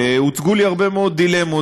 והוצגו לי הרבה מאוד דילמות.